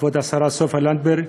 כבוד השרה סופה לנדבר,